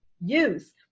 use